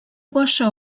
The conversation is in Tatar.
башы